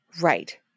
Right